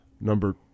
Number